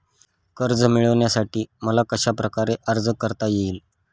कर्ज मिळविण्यासाठी मला कशाप्रकारे अर्ज करता येईल?